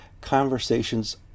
conversations